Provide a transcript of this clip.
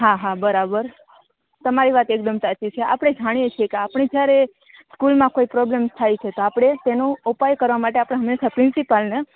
હા હા બરાબર તમારી વાત એકદમ સાચી છે આપણે જાણીએ છીએ કે આપણે જયારે સ્કૂલમાં કોઈ પ્રોબ્લમ્સ થાય છે તો આપણે તેનો ઉપાય કરવા માટે આપણે હંમેશા પ્રિન્સિપાલને